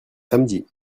samedi